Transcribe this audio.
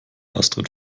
astrid